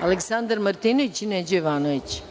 **Aleksandar Martinović**